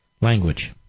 language